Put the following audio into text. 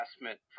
investment